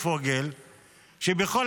חכי